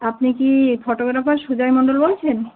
আপনি কি ফটোগ্রাফার সুজয় মন্ডল বলছেন